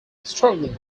struggling